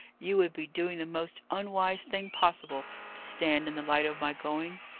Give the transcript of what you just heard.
you would be doing the most unwise thing possible to stand in the light of my going.